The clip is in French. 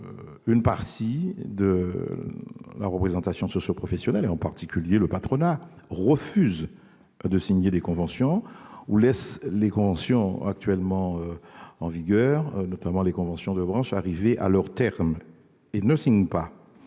une partie de la représentation socio-professionnelle, en particulier le patronat, refuse de signer des conventions ou laisse les conventions actuellement en vigueur, notamment les conventions de branche, arriver à leur terme sans signer de